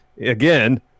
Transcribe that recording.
again